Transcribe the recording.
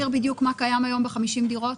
את יכולה להסביר בדיוק מה קיים היום לגבי 50 דירות?